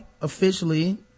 officially